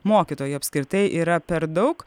mokytojų apskritai yra per daug